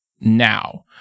now